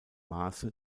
maße